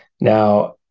Now